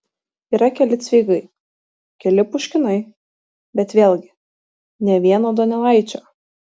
yra keli cveigai keli puškinai bet vėlgi nė vieno donelaičio